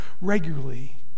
regularly